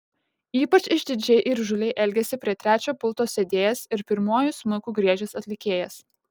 ypač išdidžiai ir įžūliai elgėsi prie trečio pulto sėdėjęs ir pirmuoju smuiku griežęs atlikėjas